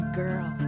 girl